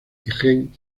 gen